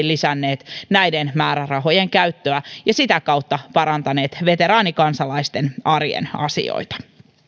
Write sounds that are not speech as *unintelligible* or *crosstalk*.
*unintelligible* lisänneet näiden määrärahojen käyttöä ja sitä kautta parantaneet veteraanikansalaisten arjen asioita